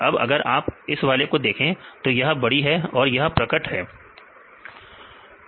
अब अगर आप इस वाले को देखें तो यह बड़ी है या प्रकट है